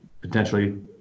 potentially